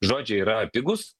žodžiai yra pigūs